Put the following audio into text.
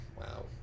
Wow